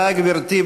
תודה, גברתי.